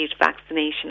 vaccination